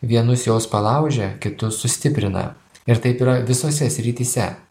vienus jos palaužia kitus sustiprina ir taip yra visose srityse